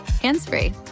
hands-free